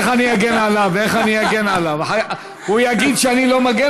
הרבה דברים אנחנו,